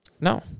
No